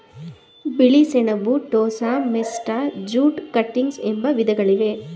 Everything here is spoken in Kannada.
ಬಿಳಿ ಸೆಣಬು, ಟೋಸ, ಮೆಸ್ಟಾ, ಜೂಟ್ ಕಟಿಂಗ್ಸ್ ಎಂಬ ವಿಧಗಳಿವೆ